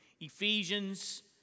Ephesians